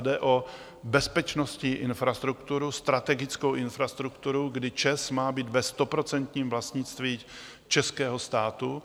Jde o bezpečnostní infrastrukturu, strategickou infrastrukturu, kdy ČEZ má být ve 100% vlastnictví českého státu.